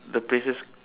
the places